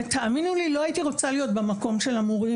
תאמינו לי לא הייתי רוצה להיות במקום של המורים.